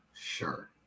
Sure